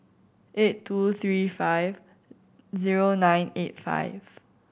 eight two three five zero nine eight five